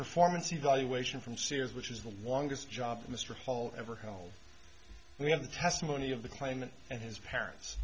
performance evaluation from sears which is the longest job mr hall ever held we have the testimony of the claimant and his parents